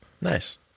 Nice